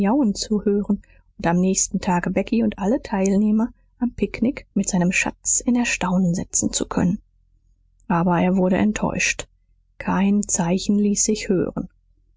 zu hören und am nächsten tage becky und alle teilnehmer am picknick mit seinem schatz in erstaunen setzen zu können aber er wurde enttäuscht kein zeichen ließ sich hören